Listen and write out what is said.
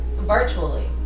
Virtually